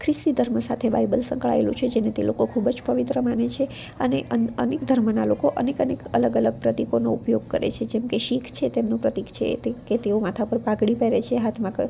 ખ્રિસ્તી ધર્મ સાથે બાઇબલ સંકળાએલું છે જેને તે લોકો ખૂબ જ પવિત્ર માને છે અને અન અનેક ધર્મના લોકો અનેક અનેક અલગ અલગ પ્રતિકોનો ઉપયોગ કરે છે જેમ કે શીખ છે તેમનું પ્રતિક છે તે કે તેઓ માથા પર પાઘડી પહેરે છે હાથમાં ક